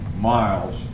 miles